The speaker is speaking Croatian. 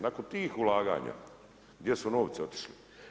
Nakon tih ulaganja, gdje su novci otišli?